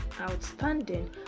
outstanding